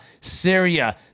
Syria